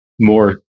more